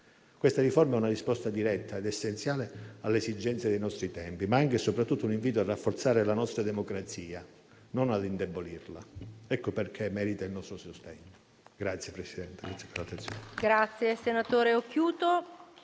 Questa riforma è una risposta diretta ed essenziale alle esigenze dei nostri tempi, ma anche e soprattutto un invito a rafforzare la nostra democrazia, non ad indebolirla. Ecco perché merita il nostro sostegno.